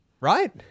right